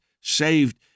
Saved